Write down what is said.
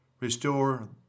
Restore